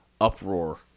uproar